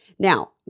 Now